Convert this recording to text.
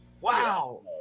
Wow